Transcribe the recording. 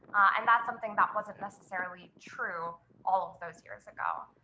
and that's something that wasn't necessarily true all of those years ago.